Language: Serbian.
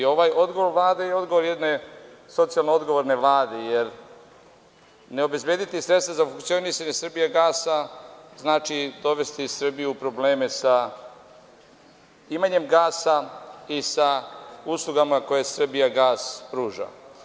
Ovaj odgovor Vlade i odgovor jedne socijalno-odgovorne Vlade, jer ne obezbediti sredstva za funkcionisanje „Srbijagasa“, znači dovesti Srbiju u probleme sa imanjem gasa i sa uslugama koje „Srbijagas“ pruža.